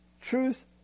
Truth